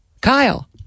Kyle